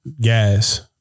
gas